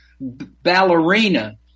ballerina